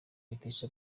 bitesha